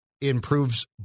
improves